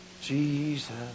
Jesus